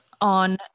on